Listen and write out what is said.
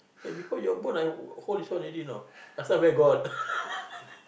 eh before you are born I hold this one already know i say where got